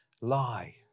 lie